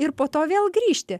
ir po to vėl grįžti